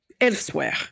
elsewhere